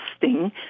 testing